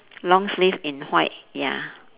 long sleeve in white ya